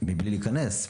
מבלי להיכנס,